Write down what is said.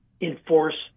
enforce